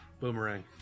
boomerang